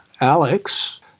Alex